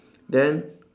then